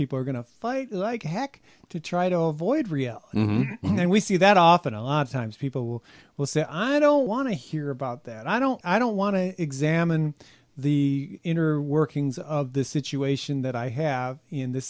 people are going to fight like heck to try to avoid and we see that often a lot of times people will say i don't want to hear about that i don't i don't want to examine the inner workings of the situation that i have in the